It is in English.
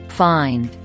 find